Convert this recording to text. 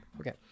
Okay